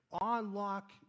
unlock